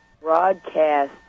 broadcast